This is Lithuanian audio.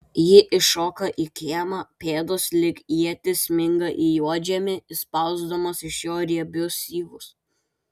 ji iššoka į kiemą pėdos lyg ietys sminga į juodžemį išspausdamos iš jo riebius syvus